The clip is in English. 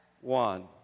one